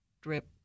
drip